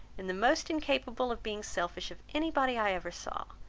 and the most incapable of being selfish, of any body i ever saw.